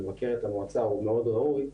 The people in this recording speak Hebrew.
לבקר את המועצה הוא מאוד ראוי,